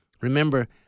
remember